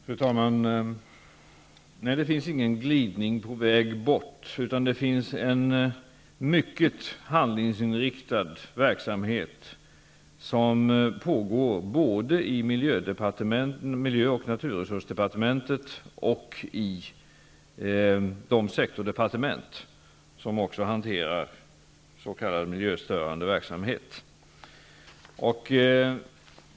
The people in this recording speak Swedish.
Fru talman! Nej, det finns ingen glidning på väg bort, utan det är en mycket handlingsinriktad verksamhet som pågår både i miljö och naturresursdepartementet och i de sektordepartement som också hanterar s.k. miljöstörande verksamhet.